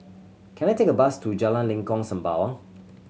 can I take a bus to Jalan Lengkok Sembawang